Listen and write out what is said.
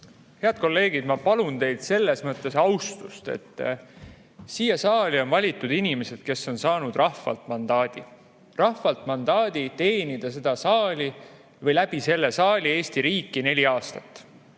Head kolleegid, ma palun teilt selles mõttes austust, et siia saali on valitud inimesed, kes on saanud rahvalt mandaadi – rahvalt mandaadi teenida seda saali või selle saali kaudu Eesti riiki neli aastat.